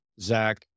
zach